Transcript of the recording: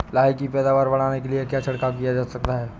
लाही की पैदावार बढ़ाने के लिए क्या छिड़काव किया जा सकता है?